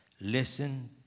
listen